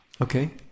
Okay